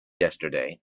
yesterday